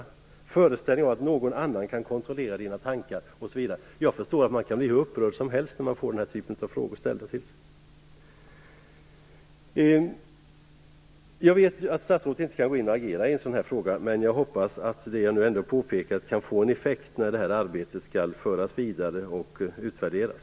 Har du föreställningar om att någon annan kan kontrollera dina tankar? Jag förstår att man kan bli hur upprörd som helst när man får den typen av frågor ställda till sig. Jag vet att statsrådet inte kan gå in och agera i en sådan här fråga, men jag hoppas att det jag nu har påpekat ändå kan få en effekt när arbetet skall föras vidare och utvärderas.